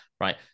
right